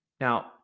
Now